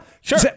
Sure